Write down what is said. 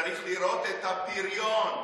צריך לראות את הפריון.